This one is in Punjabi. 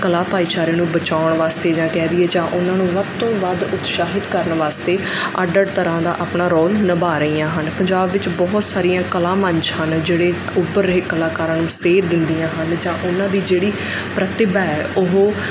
ਕਲਾ ਭਾਈਚਾਰੇ ਨੂੰ ਬਚਾਉਣ ਵਾਸਤੇ ਜਾਂ ਕਹਿ ਦਈਏ ਜਾਂ ਉਹਨਾਂ ਨੂੰ ਵੱਧ ਤੋਂ ਵੱਧ ਉਤਸ਼ਾਹਿਤ ਕਰਨ ਵਾਸਤੇ ਅੱਡ ਅੱਡ ਤਰ੍ਹਾਂ ਦਾ ਆਪਣਾ ਰੋਲ ਨਿਭਾ ਰਹੀਆਂ ਹਨ ਪੰਜਾਬ ਵਿੱਚ ਬਹੁਤ ਸਾਰੀਆਂ ਕਲਾ ਮੰਚ ਹਨ ਜਿਹੜੇ ਉੱਭਰ ਰਹੇ ਕਲਾਕਾਰਾਂ ਨੂੰ ਸੇਧ ਦਿੰਦੀਆਂ ਹਨ ਜਾਂ ਉਹਨਾਂ ਦੀ ਜਿਹੜੀ ਪ੍ਰਤਿਭਾ ਹੈ ਉਹ